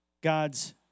God's